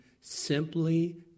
simply